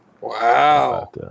Wow